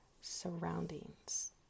surroundings